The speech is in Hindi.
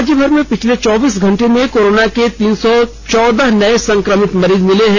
राज्यभर में पिछले चौबीस घंटे में कोरोना के तीन सौ चौदह नये संक्रमित मिले हैं